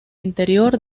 exterior